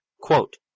quote